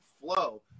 flow